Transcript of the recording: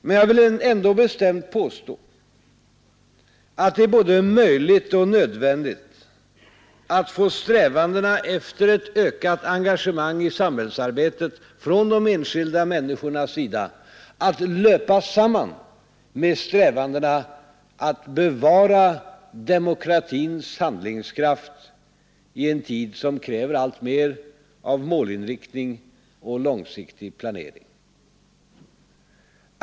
Men jag vill ändå bestämt påstå att det är både möjligt och nödvändigt att få strävandena efter ett ökat engagemang i samhällsarbetet från de enskilda människornas sida att löpa samman med strävandena att bevara demokratins handlingskraft i en tid som kräver alltmer av målinriktning och långsiktig planering.